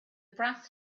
brass